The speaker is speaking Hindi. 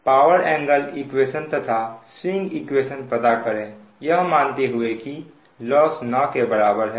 पावर एंगल इक्वेशन तथा स्विंग इक्वेशन पता करें यह मानते हुए की लॉस ना के बराबर है